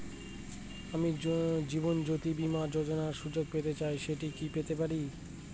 আমি জীবনয্যোতি বীমা যোযোনার সুযোগ পেতে চাই সেটা কি পেতে পারি?